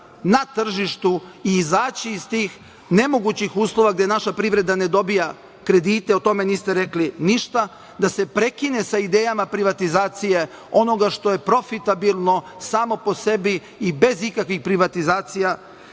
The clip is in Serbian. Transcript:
na tržištu i izaći iz tih nemogućih uslova gde naša privreda ne dobija kredite. O tome niste rekli ništa. Da se prekine sa idejama privatizacije onoga što je profitabilno samo po sebi i bez ikakvih privatizacija,